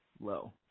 low